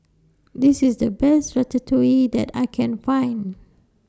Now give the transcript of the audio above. This IS The Best Ratatouille that I Can Find